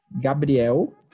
Gabriel